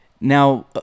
now